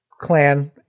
clan